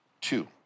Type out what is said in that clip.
Two